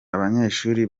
abanyeshuri